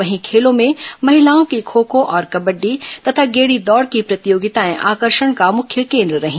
वहीं खेलों में महिलाओं की खो खो और कबडडी तथा गेडी दौड की प्रतियोगिताएं आकर्षण का मुख्य केन्द्र रहीं